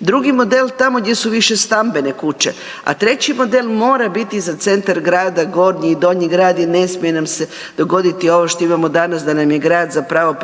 drugi model tamo gdje su višestambene kuće, a treći model mora biti za centar grada Gornji i Donji grad jer ne smije nam se dogoditi ovo što imamo danas da nam je grad zapravo